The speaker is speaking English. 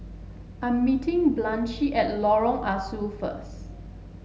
I'm meeting Blanchie at Lorong Ah Soo first